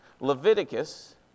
Leviticus